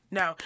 no